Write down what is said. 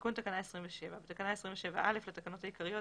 14א.תיקון תקנה 27 בתקנה 27(א) לתקנות העיקריות,